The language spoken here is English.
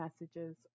messages